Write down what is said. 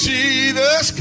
Jesus